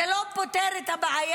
זה לא פותר את הבעיה.